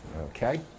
Okay